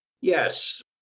Yes